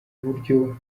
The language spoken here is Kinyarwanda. buryo